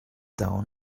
down